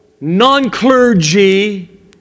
non-clergy